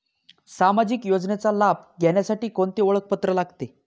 सामाजिक योजनेचा लाभ घेण्यासाठी कोणते ओळखपत्र लागते?